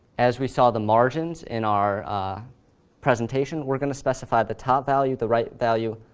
as we saw the margins in our presentation. we're going to specify the top value, the right value,